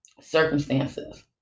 circumstances